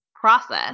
process